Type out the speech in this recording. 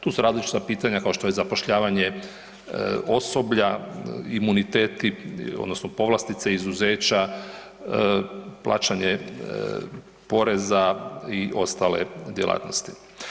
Tu su različita pitanja kao što je zapošljavanje osoblja, imuniteti odnosno povlastice, izuzeća, plaćanje poreza i ostale djelatnosti.